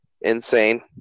insane